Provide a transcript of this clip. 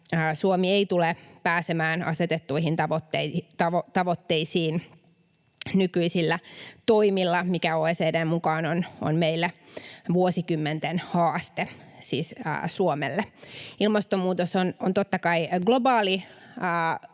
toimilla pääsemään asetettuihin tavoitteisiin, mikä OECD:n mukaan on Suomelle vuosikymmenten haaste. Ilmastonmuutos on totta kai globaali